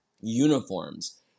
uniforms